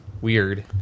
weird